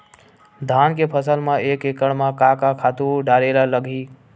धान के फसल म एक एकड़ म का का खातु डारेल लगही?